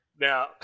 now